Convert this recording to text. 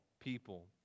people